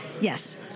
yes